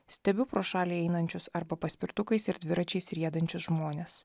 stebiu pro šalį einančius arba paspirtukais ir dviračiais riedančius žmones